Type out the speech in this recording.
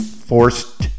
forced